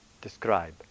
describe